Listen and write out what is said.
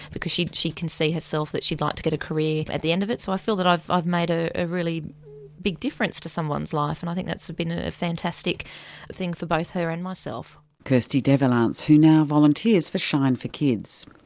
because she can see herself that she'd like to get a career at the end of it, so i feel that i've i've made ah a really big difference to someone's life, and i think that's been ah a fantastic thing for both her and myself. kirsty devallance, who now volunteers for shine for kids.